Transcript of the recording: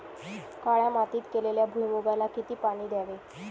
काळ्या मातीत केलेल्या भुईमूगाला किती पाणी द्यावे?